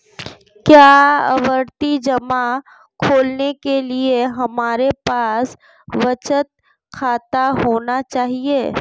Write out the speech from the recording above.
क्या आवर्ती जमा खोलने के लिए हमारे पास बचत खाता होना चाहिए?